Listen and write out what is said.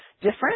different